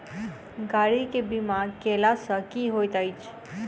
गाड़ी केँ बीमा कैला सँ की होइत अछि?